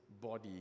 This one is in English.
body